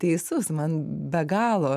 teisus man be galo